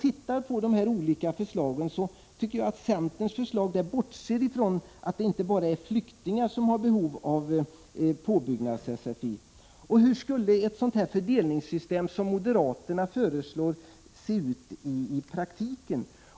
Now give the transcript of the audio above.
I centerns förslag bortser man dock från att det inte bara är flyktingar som har behov av påbyggnads-sfi. Hur skulle vidare ett sådant fördelningssystem som det som moderaterna föreslår se ut i praktiken?